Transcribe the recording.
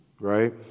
Right